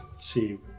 See